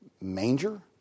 manger